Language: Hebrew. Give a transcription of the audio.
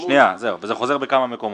זה חוזר בכמה מקומות.